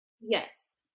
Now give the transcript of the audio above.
Yes